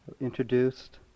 introduced